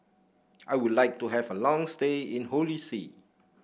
I would like to have a long stay in Holy See